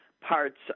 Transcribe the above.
parts